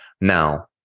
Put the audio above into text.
Now